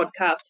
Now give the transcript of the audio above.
podcast